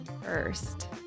First